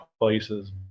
places